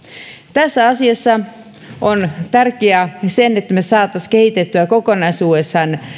tässä asiassa on tärkeää se että me saisimme kehitettyä kokonaisuudessaan